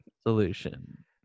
solution